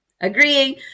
agreeing